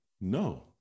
No